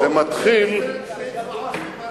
מכיר את הסרט "שתי אצבעות מפריס"?